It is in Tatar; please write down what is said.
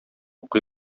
укый